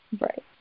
Right